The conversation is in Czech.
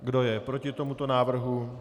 Kdo je proti tomuto návrhu?